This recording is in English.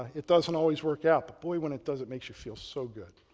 it doesn't always work out. but boy, when it does, it makes you feel so good.